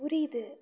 புரியுது